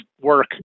work